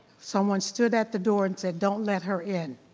someone stood at the door and said, don't let her in,